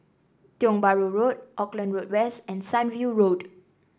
Tiong Bahru Road Auckland Road West and Sunview Road